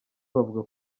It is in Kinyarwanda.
bavuga